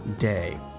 day